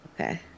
Okay